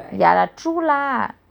ya lah true lah